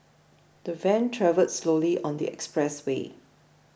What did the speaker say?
the van travelled slowly on the expressway